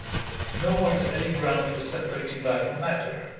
no one has any ground for separating life from matter,